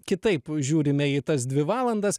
kitaip žiūrime į tas dvi valandas